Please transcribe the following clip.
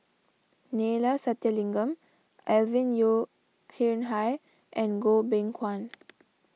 Neila Sathyalingam Alvin Yeo Khirn Hai and Goh Beng Kwan